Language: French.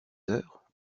sœur